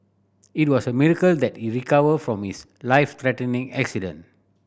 it was a miracle that he recovered from his life threatening accident